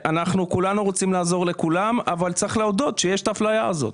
כולנו רוצים לעזור לכולם אבל צריך להודות שיש את האפליה הזאת.